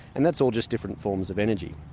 and that's all just different forms of energy.